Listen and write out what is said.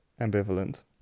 ambivalent